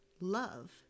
love